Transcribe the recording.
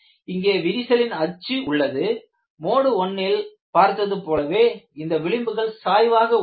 இங்கே விரிசலின் அச்சு உள்ளது மோடு 1 ல் பார்த்தது போலவே இந்த விளிம்புகள் சாய்வாக உள்ளன